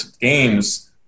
games